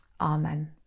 amen